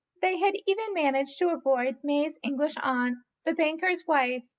they had even managed to avoid may's english aunt, the banker's wife,